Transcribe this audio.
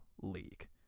league